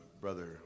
Brother